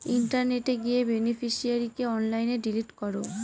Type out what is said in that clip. ইন্টারনেটে গিয়ে বেনিফিশিয়ারিকে অনলাইনে ডিলিট করো